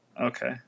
Okay